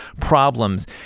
problems